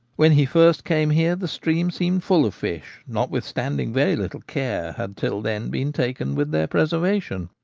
when he first came here the stream seemed full of fish, notwithstanding very little care had till then been taken with their preservation.